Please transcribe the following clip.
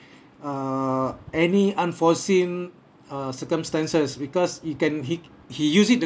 err any unforeseen uh circumstances because he can he he use it